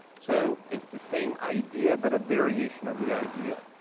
so it's the same idea but a variation of the idea.